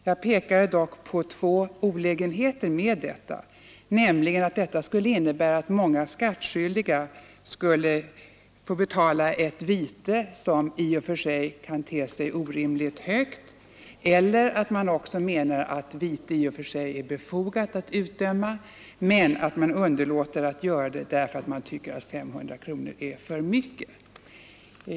Jag pekade dock på två olägenheter med en sådan höjning: den skulle innebära antingen att många skattskyldiga skulle få betala ett vite som kan te sig orimligt högt eller också att myndigheterna skulle anse att det i och för sig är befogat att utdöma vite men underlåter att göra det därför att de tycker att 500 kronor är för mycket.